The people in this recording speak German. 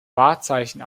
wahrzeichen